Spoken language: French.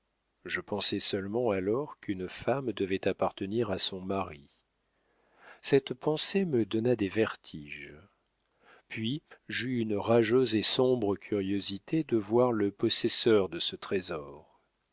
je pensai seulement alors qu'une femme devait appartenir à son mari cette pensée me donna des vertiges puis j'eus une rageuse et sombre curiosité de voir le possesseur de ce trésor